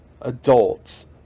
adults